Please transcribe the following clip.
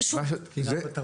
זו תקינה של ועדת גולדברג.